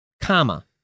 comma